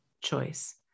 choice